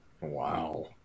Wow